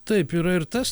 taip yra ir tas